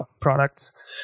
products